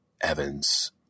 Evans